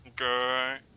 Okay